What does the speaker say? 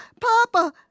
Papa